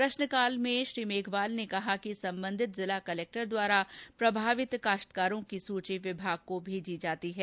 प्रश्नकाल में श्री मेघवाल ने कहा कि संबंधित जिला कलेक्टर द्वारा प्रभावित काश्तकारों की सुची विभाग को भेजी जाती है